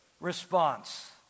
response